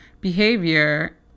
behavior